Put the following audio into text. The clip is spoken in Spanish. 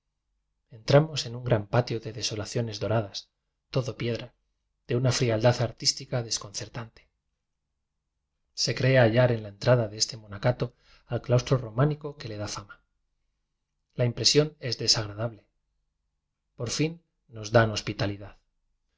entramos en un gran patio de desolaciones doradas todo piedra de una frialdad artística desconcer tante se cree hallar a la entrada de este monacato al claustro románico que le da tama la impresión es desagradable por fin nos dan hospitalidad